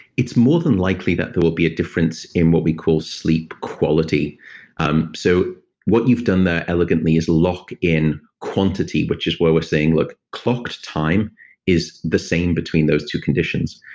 it's more than likely that there will be a difference in what we call sleep quality um so what you've done there, elegantly, is lock in quantity, which is where we're saying, look, clocked time is the same between those two conditions.